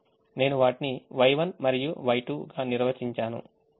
నేను వాటిని Y1 మరియు Y2 గా నిర్వచించాను